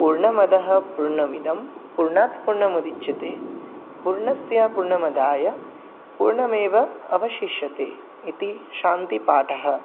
पूर्णमदः पूर्णमिदं पूर्णात् पूर्णमुदच्यते पूर्णस्य पूर्णमादाय पूर्णमेव अवशिष्यते इति शान्तिपाठः